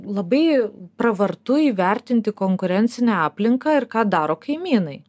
labai pravartu įvertinti konkurencinę aplinką ir ką daro kaimynai